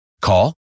Call